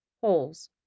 holes